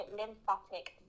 lymphatic